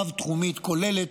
רב-תחומית כוללת,